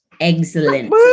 Excellent